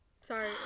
Sorry